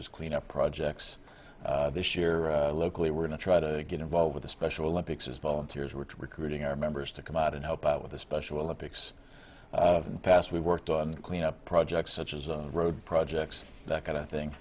as clean up projects this year locally we're going to try to get involved with the special olympics as volunteers were recruiting our members to come out and help out with the special olympics in the past we worked on clean up projects such as the road projects that kind of thing